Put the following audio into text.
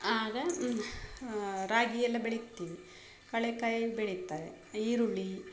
ಆಗ ರಾಗಿ ಎಲ್ಲ ಬೆಳಿತೀವಿ ಕಡಲೆಕಾಯಿ ಬೆಳೀತಾರೆ ಈರುಳ್ಳಿ